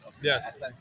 yes